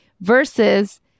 Versus